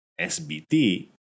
sbt